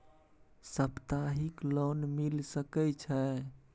सप्ताहिक लोन मिल सके छै?